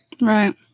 right